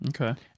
Okay